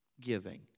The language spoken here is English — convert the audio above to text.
giving